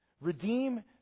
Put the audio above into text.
Redeem